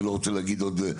אני לא רוצה להגיד עוד,